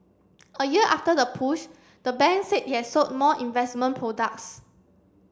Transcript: a year after the push the bank said it has sold more investment products